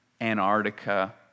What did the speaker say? Antarctica